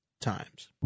times